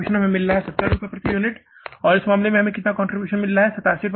यहाँ कंट्रीब्यूशन हमें मिल रहा है 70 रुपये प्रति यूनिट इस मामले में हमें कितना कंट्रीब्यूशन मिल रहा है